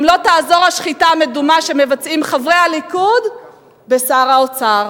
גם לא תעזור השחיטה המדומה שמבצעים חברי הליכוד בשר האוצר.